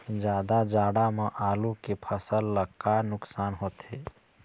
जादा जाड़ा म आलू के फसल ला का नुकसान होथे?